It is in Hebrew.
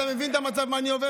אתה מבין את המצב, מה אני עובר?